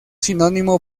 sinónimo